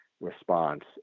response